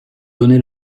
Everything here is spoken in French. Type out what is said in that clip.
donné